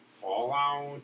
Fallout